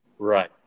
Right